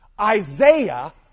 Isaiah